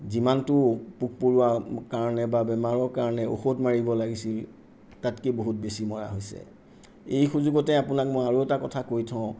যিমানটো পোক পৰুৱাৰ কাৰণে বা বেমাৰৰ কাৰণে ঔষধ মাৰিব লাগিছিল তাতকৈ বহুত বেছি মৰা হৈছে এই সুযোগতে আপোনাক মই আৰু এটা কথা কৈ থওঁ